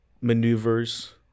maneuvers